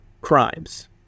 crimes